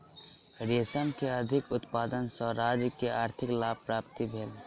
रेशम के अधिक उत्पादन सॅ राज्य के आर्थिक लाभ प्राप्त भेल